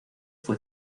fue